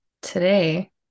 today